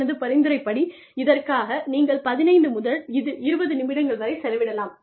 எனது பரிந்துரைப்படி இதற்காக நீங்கள் 15 முதல் 20 நிமிடங்கள் வரை செலவிடலாம்